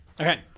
Okay